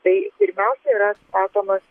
tai pirmiausia yra atstatomas